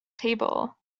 table